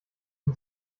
und